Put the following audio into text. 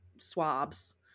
swabs